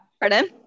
Pardon